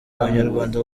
abanyarwanda